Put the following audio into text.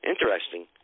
Interesting